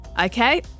Okay